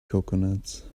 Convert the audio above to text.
coconuts